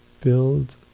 build